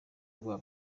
rwa